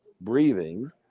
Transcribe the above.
breathing